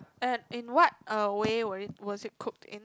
uh in what uh way was it cooked in